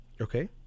okay